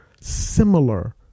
similar